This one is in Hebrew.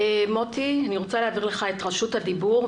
אני רוצה להעביר את רשות הדיבור למוטי,